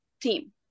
team